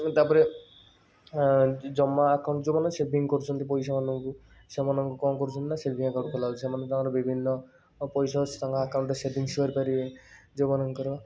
ତା'ପରେ ଏଁ ଜମା ଏକାଉଣ୍ଟ୍ ଯେଉଁମାନେ ସେଭିଙ୍ଗ୍ କରୁଛନ୍ତି ପଇସାମାନଙ୍କୁ ସେମାନଙ୍କୁ କ'ଣ କରୁଛନ୍ତି ନା ସେଭିଙ୍ଗ୍ ଆକାଉଣ୍ଟ୍ ଖୋଲା ହେଉଛି ସେମାନେ ତାଙ୍କର ବିଭିନ୍ନ ପଇସା ତାଙ୍କ ଆକାଉଣ୍ଟ୍ରେ ସେଭିଙ୍ଗ୍ସ୍ କରିପାରିବେ ଯେଉଁମାନଙ୍କର